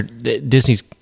Disney's